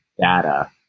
data